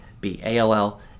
B-ALL